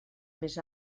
més